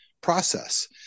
process